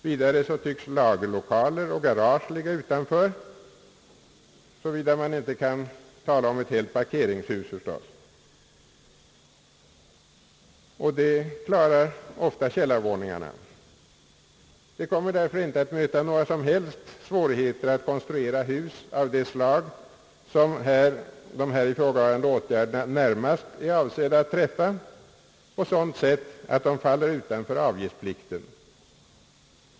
Vidare tycks lagerlokaler och garage ligga utanför — såvida det inte gäller ett helt parkeringshus, förstås — vilket ofta klarar källarvåningarna. Det kommer därför inte att möta några som helst svårigheter att konstruera hus av det slag, som de här ifrågavarande åtgärderna närmast är avsedda att träffa, på ett sådant sätt att det faller utanför avgiftsplikten.